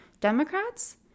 Democrats